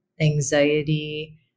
anxiety